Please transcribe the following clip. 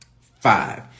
five